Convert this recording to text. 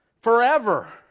forever